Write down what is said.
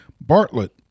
Bartlett